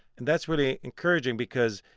and that's really encouraging because,